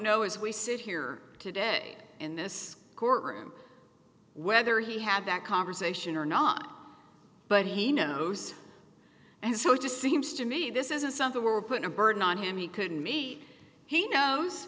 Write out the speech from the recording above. know as we sit here today in this courtroom whether he had that conversation or not but he knows and so it just seems to me this isn't something were put a burden on him he couldn't me he knows